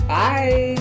Bye